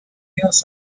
genus